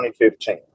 2015